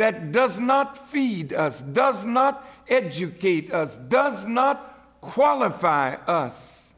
that does not feed us does not educate us does not qualify us